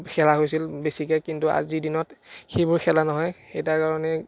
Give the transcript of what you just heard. খেলা হৈছিল বেছিকে কিন্তু আজিৰ দিনত সেইবোৰ খেলা নহয় সেই তাৰ কাৰণে